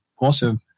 awesome